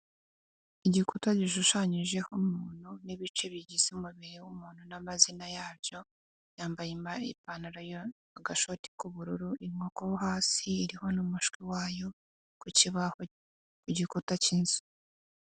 Igikuta gishushanyijeho umuntu n'ibice bigize umubiri w'umuntu n'amazina yabyo, yambaye ipantaro agashoti k'ubururu, inkoko hasi iriho n'umushwi wayo ku kibaho igikuta cy'inzu.